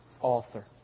author